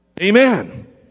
Amen